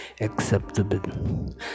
acceptable